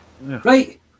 Right